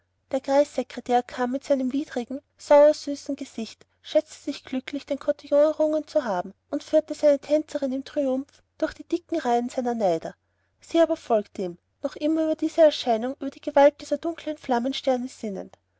der kreissekretär kam mit seinem widrigen sauersüßen gesicht schätzte sich glücklich den kotillon errungen zu haben und führte seine tänzerin im triumph durch die dicken reihen seiner neider sie aber folgte ihm noch immer über diese erscheinung über die gewalt dieser dunkeln flammensterne sinnend